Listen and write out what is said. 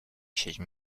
się